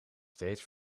steeds